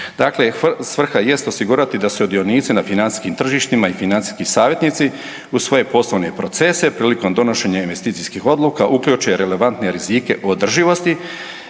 Dakle, svrha jest osigurati da sudionici na financijskim tržištima i financijski savjetnici u svoje poslovne procese prilikom donošenja investicijskih odluka uključe relevantne rizike održivosti